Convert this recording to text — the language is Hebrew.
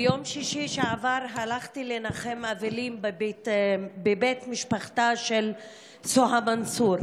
ביום שישי שעבר הלכתי לנחם אבלים בבית משפחתה של סוהא מנסור.